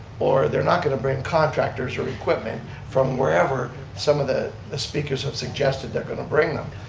or they're not going to bring contractors or equipment from wherever some of the speakers have suggested they're going to bring them,